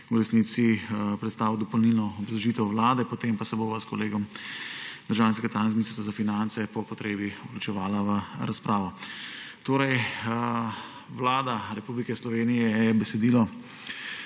v resnici predstavil dopolnilno obrazložitev Vlade, potem pa se bova s kolegom, državnim sekretarjem iz Ministrstva za finance, po potrebi vključevala v razpravo. Vlada Republike Slovenije je besedilo